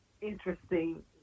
interesting